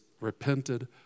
repented